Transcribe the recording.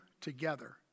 together